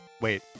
Wait